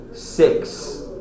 Six